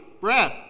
breath